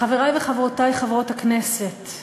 חברי וחברותי חברות הכנסת,